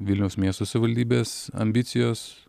vilniaus miesto savivaldybės ambicijos